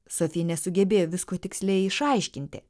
sofi nesugebėjo visko tiksliai išaiškinti